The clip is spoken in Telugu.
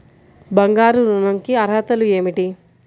బంగారు ఋణం కి అర్హతలు ఏమిటీ?